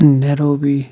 Nairobi